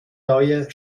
neue